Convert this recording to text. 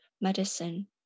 medicine